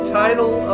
title